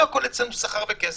ולא הכול אצלנו שכר וכסף.